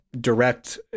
direct